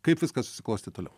kaip viskas susiklostė toliau